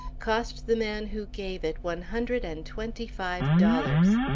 cost the man who gave it one hundred and twenty-five dollars.